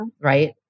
right